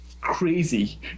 crazy